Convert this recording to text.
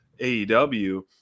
AEW